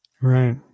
Right